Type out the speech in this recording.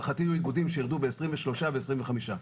להערכתי יהיו איגודים שירדו בעשרים ושלושה ועשרים וחמישה.